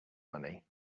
money